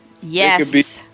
Yes